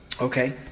Okay